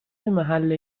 محله